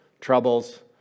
troubles